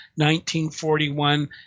1941